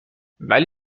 ولی